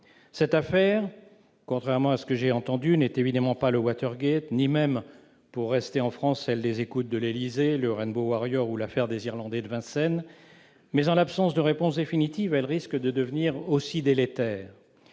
Cette affaire, contrairement à ce que j'ai entendu, n'est évidemment pas le Watergate, ni même, pour rester en France, celle des écoutes de l'Élysée, le ou l'affaire des Irlandais de Vincennes. Mais en l'absence de réponse définitive, elle risque de devenir aussi délétère.